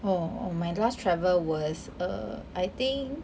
oh my last travel was err I think